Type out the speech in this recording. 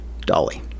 Dolly